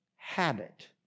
habit